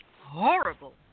horrible